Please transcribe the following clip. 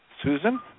Susan